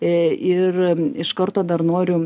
e ir iš karto dar noriu